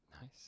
Nice